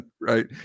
right